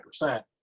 percent